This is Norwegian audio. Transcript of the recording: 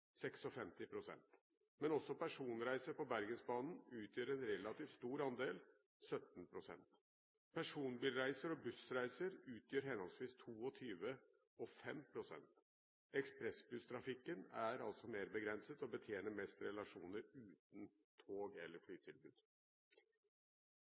56 pst. Men også personreiser på Bergensbanen utgjør en relativt stor andel, 17 pst. Personbilreiser og bussreiser utgjør henholdsvis 22 pst. og 5 pst. Ekspressbusstrafikken er mer begrenset og betjener mest relasjoner uten tog- eller